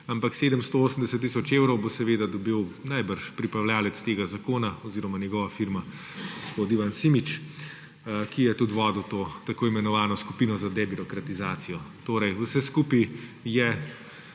ampak 780 tisoč evrov bo seveda dobil najbrž pripravljavec tega zakona oziroma njegova firma, gospod Ivan Simič, ki je tudi vodil to tako imenovano skupino za debirokratizacijo. Torej vse skupaj je